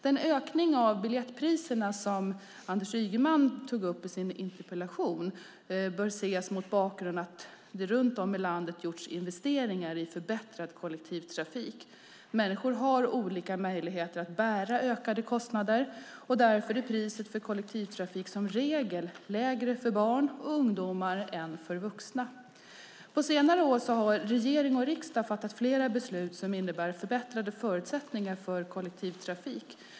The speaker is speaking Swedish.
Den ökning av biljettpriserna som Anders Ygeman tar upp i sin interpellation bör ses mot bakgrund av att det runt om i landet gjorts stora investeringar i förbättrad kollektivtrafik. Människor har olika möjlighet att bära ökade kostnader. Därför är priset för kollektivtrafik som regel lägre för barn och ungdomar än för vuxna. På senare år har regering och riksdag fattat flera beslut som innebär förbättrade förutsättningar för kollektivtrafik.